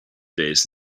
days